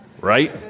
Right